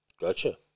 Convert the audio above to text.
Gotcha